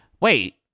Wait